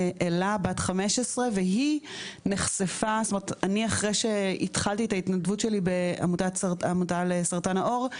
אלה בת 15. לאחר שהתחלתי את ההתנדבות שלי בעמותה למלחמה בסרטן העור,